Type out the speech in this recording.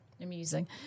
Amusing